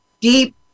deep